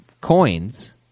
coins